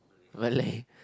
Malay